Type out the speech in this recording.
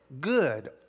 good